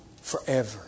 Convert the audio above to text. forever